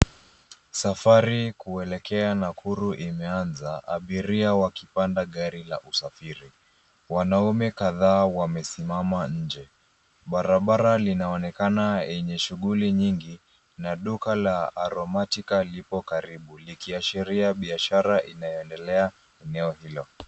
Safari kuelekea nakuru imeanza abiria wakipanda gari la usafiri wanaume kadhaa wamesimama nje barabara linaonekana yenye shughuli nyingi na duka la aromatica lipo karibu likiashiria biashara inayoendelea eneo hilo.